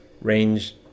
range